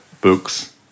Books